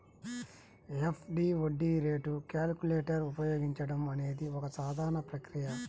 FD వడ్డీ rate calculator ఉపయోగించడం అనేది ఒక సాధారణ ప్రక్రియ